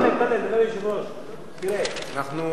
טלב,